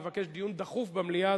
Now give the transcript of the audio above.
מבקש דיון דחוף במליאה,